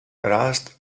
rust